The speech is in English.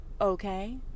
okay